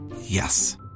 Yes